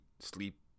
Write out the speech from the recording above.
sleep